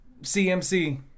CMC